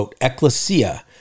Ecclesia